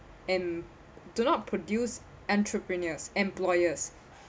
and do not produce entrepreneurs employers